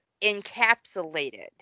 encapsulated